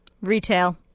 Retail